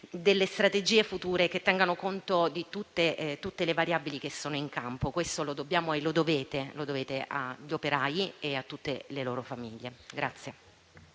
delle strategie future che tengano conto di tutte le variabili che sono in campo. Questo lo dobbiamo e lo dovete agli operai e a tutte le loro famiglie.